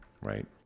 Right